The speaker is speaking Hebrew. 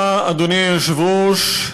אדוני היושב-ראש,